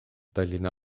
tallinna